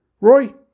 Roy